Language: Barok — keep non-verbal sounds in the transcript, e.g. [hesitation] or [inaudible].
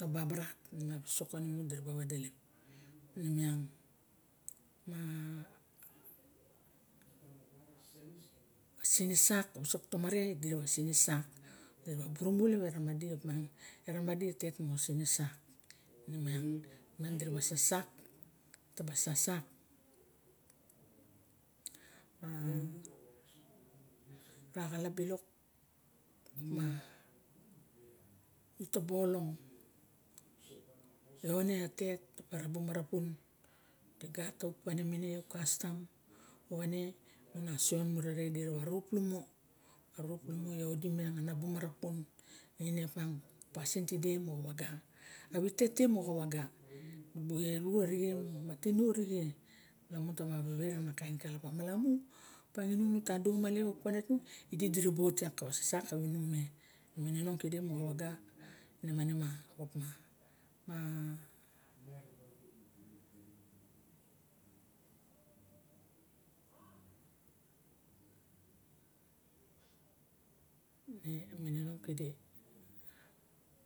tababarat lamun a wisok kamimu dira ba rolep ine miang ma [hesitation] sinsiap wisok tomare idi rawa sinasap diraba burumu lep ramadi tet moxa sinasap taba sasap ma raxalap silok ma bu taba olong ione ates kabung marapun di gat tau pane nine a uk kastom o wane mu nasion mura redi nawa roplumo iodi midi miang abu manpun ine opiang pasin tide moxa waga a wite te moxa waga di bu eru arixe ma tinu arixe lamun tawa wera ana kain kalap apex lamun opiang inung nu ta duxuma lep aick paine tung idi dira ot iak kawa saslak kawinung me [hesitation] in a mininong kide